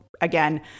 again